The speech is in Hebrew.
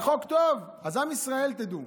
החוק טוב, אז עם ישראל, תדעו,